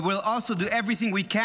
We will also do everything we can